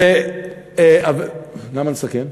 למה לסכם?